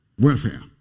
Welfare